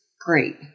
great